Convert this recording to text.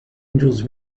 angels